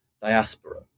diaspora